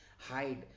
hide